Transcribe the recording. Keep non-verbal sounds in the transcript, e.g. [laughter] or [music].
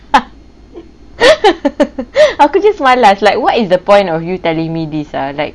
[laughs] aku just malas like what is the point of you telling me this ah like